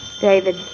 David